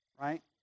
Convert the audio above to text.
right